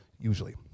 Usually